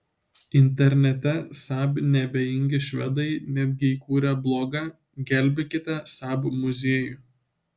internete saab neabejingi švedai netgi įkūrė blogą gelbėkite saab muziejų